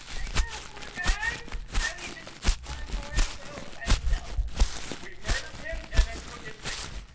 i know poor guy now. he's just on a boring boat by himself we we murdered him and then took his things